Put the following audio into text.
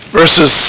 verses